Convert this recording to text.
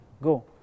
Go